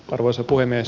arvoisa puhemies